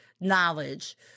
knowledge